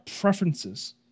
preferences